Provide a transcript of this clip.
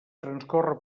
transcorre